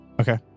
Okay